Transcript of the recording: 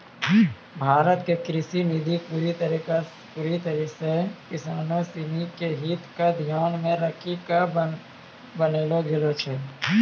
भारत के कृषि नीति पूरी तरह सॅ किसानों सिनि के हित क ध्यान मॅ रखी क बनैलो गेलो छै